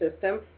system